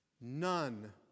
none